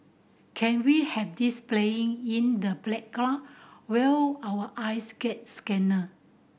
can we have this playing in the playground while our eyes get scanned